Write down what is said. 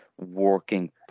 working